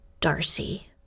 Darcy